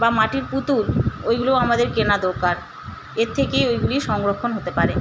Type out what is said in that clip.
বা মাটির পুতুল ওইগুলোও আমাদের কেনা দরকার এর থেকে ওইগুলি সংরক্ষণ হতে পারে